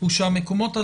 הוא המקומות הללו,